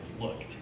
looked